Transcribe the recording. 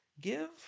give